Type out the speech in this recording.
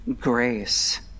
grace